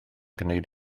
gwneud